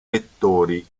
vettori